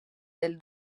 del